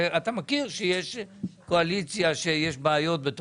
אתה מכיר שיש קואליציה ובתוכה